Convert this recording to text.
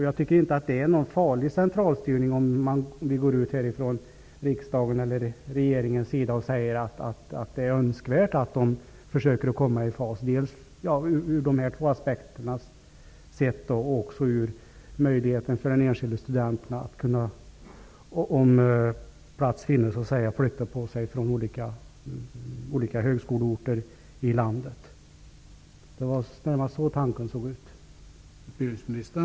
Jag tycker inte att det är en farlig centralstyrning om riksdagen eller regeringen säger att det är önskvärt att högskolorna försöker att komma i fas ur dessa två aspekter och även när det gäller möjligheten för den enskilde studenten att flytta på sig mellan olika högskoleorter i landet om det finns plats. Det var så tanken var.